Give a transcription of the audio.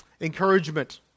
encouragement